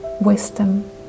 wisdom